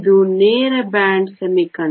ಇದು ನೇರ ಬ್ಯಾಂಡ್ ಅರೆವಾಹಕ